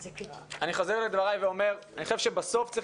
אני חוזר ואומר שאני חושב שבסוף צריך